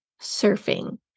surfing